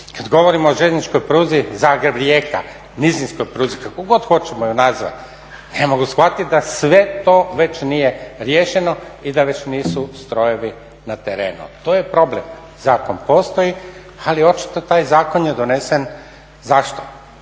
Kad govorimo o željezničkoj pruzi Zagreb – Rijeka, nizinskoj pruzi, kako god hoćemo je nazvati. Ne mogu shvatiti da sve to već nije riješeno i da već nisu strojevi na terenu. To je problem. Zakon postoji, ali očito taj zakon je donesen zašto?